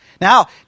Now